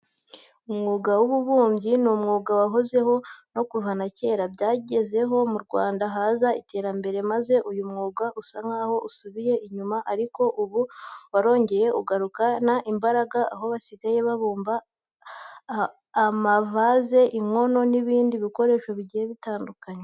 Umwuga w'ububumbyi ni umwuga wahozeho no kuva na kera. Byagezeho mu Rwanda haza iterambere maze uyu mwuga usa nkaho usubiye inyuma ariko ubu warongeye ugarukana imbaraga aho basigaye babumba amavaze, inkono n'ibindi bikoresho bigiye bitandukanye.